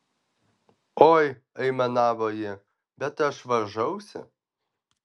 oi aimanavo ji bet aš varžausi